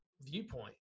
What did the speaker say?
viewpoint